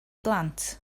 blant